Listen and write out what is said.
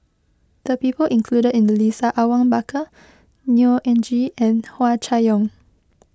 the people included in the list are Awang Bakar Neo Anngee and Hua Chai Yong